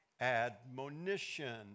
Admonition